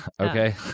Okay